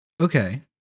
Okay